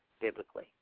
biblically